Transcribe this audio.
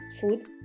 food